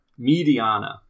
Mediana